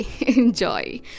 Enjoy